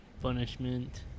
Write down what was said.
Punishment